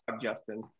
Justin